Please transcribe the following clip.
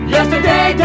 Yesterday